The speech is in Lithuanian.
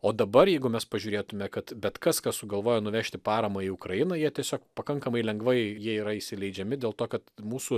o dabar jeigu mes pažiūrėtume kad bet kas kas sugalvoja nuvežti paramą į ukrainą jie tiesiog pakankamai lengvai jie yra įsileidžiami dėl to kad mūsų